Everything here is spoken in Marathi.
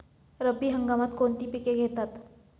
रब्बी हंगामात कोणती पिके घेतात?